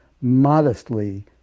modestly